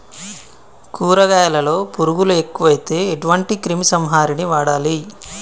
కూరగాయలలో పురుగులు ఎక్కువైతే ఎటువంటి క్రిమి సంహారిణి వాడాలి?